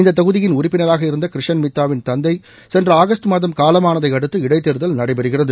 இந்த தொகுதியின் உறுப்பினராக இருந்த கிருஷன் மித்தாவின் தந்தை சென்ற ஆகஸ்ட் மாதம் காலமானதையடுத்து இடைத்தேர்தல் நடைபெறுகிறது